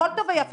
הכל טוב ויפה,